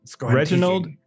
Reginald